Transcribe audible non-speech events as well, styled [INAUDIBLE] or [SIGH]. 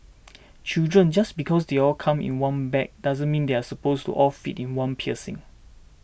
[NOISE] children just because they all come in one bag doesn't mean they are supposed to all fit in one piercing